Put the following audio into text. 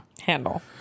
Handle